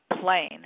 plane